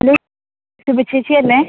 hello Smitha ചേച്ചിയല്ലേ